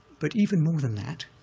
but even more than that,